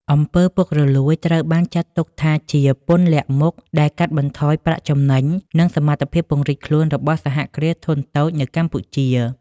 អំពើពុករលួយ ត្រូវបានចាត់ទុកថាជា "ពន្ធលាក់មុខ" ដែលកាត់បន្ថយប្រាក់ចំណេញ និងសមត្ថភាពពង្រីកខ្លួនរបស់សហគ្រាសធុនតូចនៅកម្ពុជា។